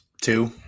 Two